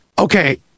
Okay